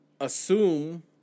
assume